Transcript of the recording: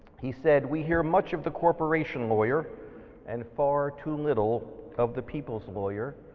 he said, we hear much of the corporation lawyer and far too little of the people's lawyer.